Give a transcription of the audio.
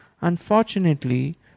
Unfortunately